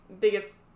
biggest